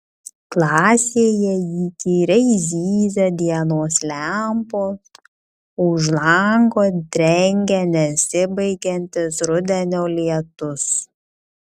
klasėje įkyriai zyzia dienos lempos už lango drengia nesibaigiantis rudenio lietus